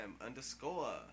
underscore